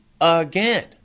again